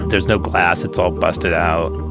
there's no glass, it's all busted out.